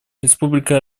республика